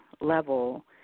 level